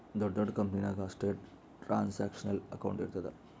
ದೊಡ್ಡ ದೊಡ್ಡ ಕಂಪನಿ ನಾಗ್ ಅಷ್ಟೇ ಟ್ರಾನ್ಸ್ಅಕ್ಷನಲ್ ಅಕೌಂಟ್ ಇರ್ತುದ್